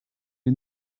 die